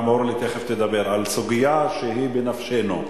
וגם אורלי תיכף תדבר על סוגיה שהיא בנפשנו,